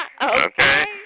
Okay